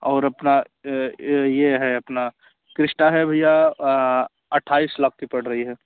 और अपना यह अपना क्रिस्टा है भैया अट्ठाईस लाख की पड़ रही है